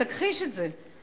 תכחיש את זה.